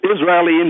Israeli